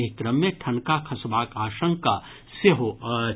एहि क्रम मे ठनका खसबाक आशंका सेहो अछि